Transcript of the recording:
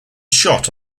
shot